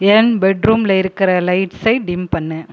என் பெட்ரூமில் இருக்கிற லைட்ஸை டிம் பண்ணு